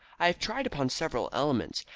i tried upon several elements,